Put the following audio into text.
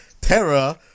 Terra